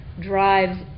drives